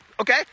Okay